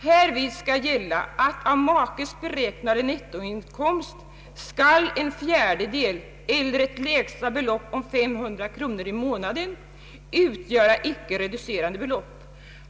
Härvid skall gälla att av makes beräknade nettoinkomst skall en fjärdedel, eller ett lägsta belopp om 500 kronor i månaden, utgöra icke reducerande belopp.